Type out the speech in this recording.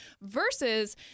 versus